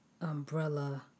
umbrella